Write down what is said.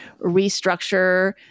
restructure